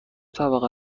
طبقه